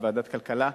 לוועדת כלכלה?